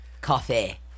Coffee